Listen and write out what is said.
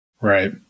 Right